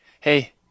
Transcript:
Hey